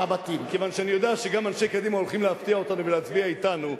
כיוון שאני יודע שגם אנשי קדימה הולכים להפתיע אותנו ולהצביע אתנו,